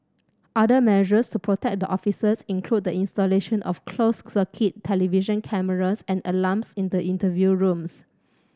other measures to protect the officers include the installation of closed circuit television cameras and alarms in the interview rooms